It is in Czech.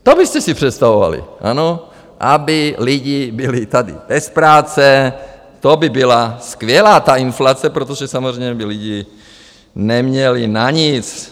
To byste si představovali, ano, aby lidi byli tady bez práce, to by byla skvělá ta inflace, protože samozřejmě by lidi neměli na nic.